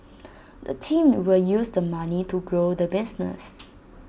the team will use the money to grow the business